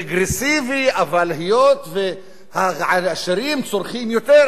אבל היות שהעשירים צורכים יותר הם עיקר המשלמים.